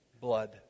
blood